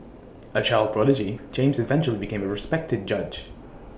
A child prodigy James eventually became A respected judge